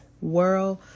world